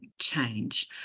change